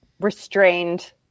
restrained